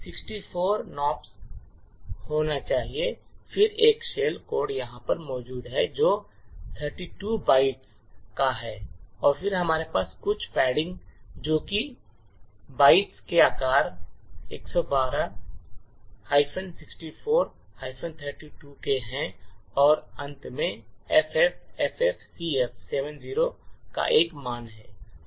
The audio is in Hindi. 64 nops होने चाहिए फिर एक शेल कोड यहाँ पर मौजूद है जो 32 बाइट्स का है और फिर हमारे पास कुछ पैडिंग हैं जो कि बाइट्स के आकार 112 64 32 के हैं और अंत में FFFFCF70 का एक मान है